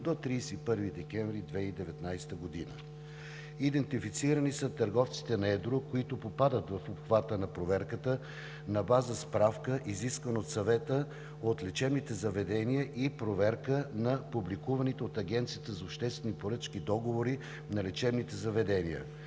– 31 декември 2019 г. Идентифицирани са търговците на едро, които попадат в обхвата на проверката, на база справки, изискани от Съвета от лечебните заведения, и проверка на публикуваните от Агенцията по обществени поръчки договори на лечебни заведения